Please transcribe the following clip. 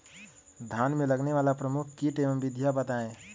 धान में लगने वाले प्रमुख कीट एवं विधियां बताएं?